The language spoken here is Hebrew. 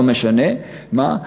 לא משנה מה,